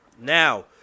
now